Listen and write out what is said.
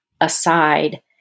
aside